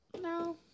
no